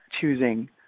choosing